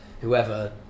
whoever